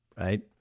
Right